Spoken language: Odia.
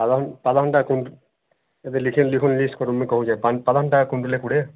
ପାତରଘଣ୍ଟା ପାତରଘଣ୍ଟା କେଉଁଠି ଏବେ ଲେଖିଲି ଲେଖନ୍ତୁ ଲିଷ୍ଟ କରନ୍ତୁ ମୁଇଁ କହୁଛେ ପାତରଘଣ୍ଟା କ୍ୱିଣ୍ଟାଲ କୋଡ଼ିଏ